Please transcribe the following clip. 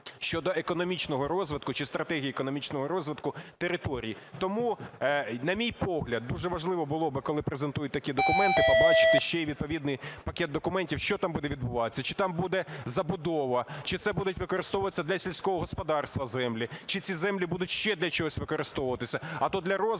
щодо економічного розвитку чи в стратегії економічного розвитку територій. Тому, на мій погляд, дуже важливо було б, коли презентують такі документи, побачити ще й відповідний пакет документів, що там буде відбуватися, чи там буде забудова, чи це будуть використовуватися для сільського господарства землі, чи ці землі будуть ще для чогось використовуватися. А то для розвитку